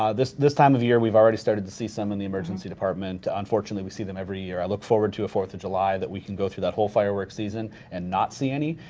um this this time of year we've already started to see some in the emergency department, unfortunately we see them every year. i look forward to a fourth of july that we can go through that whole firework season and not see any,